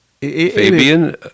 Fabian